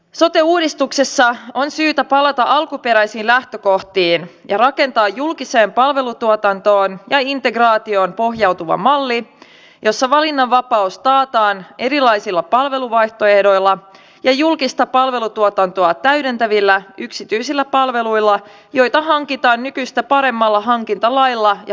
sote uudistuksessa on syytä palata alkuperäisiin lähtökohtiin ja rakentaa julkiseen palvelutuotantoon ja integraatioon pohjautuva malli jossa valinnanvapaus taataan erilaisilla palveluvaihtoehdoilla ja julkista palvelutuotantoa täydentävillä yksityisillä palveluilla joita hankitaan nykyistä paremmalla hankintalailla ja hankintaosaamisella